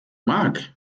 mark